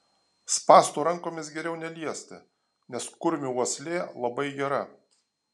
spąstų rankomis geriau neliesti nes kurmių uoslė labai gera